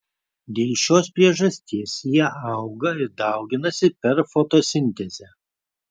dėl šios priežasties jie auga ir dauginasi per fotosintezę